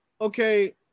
Okay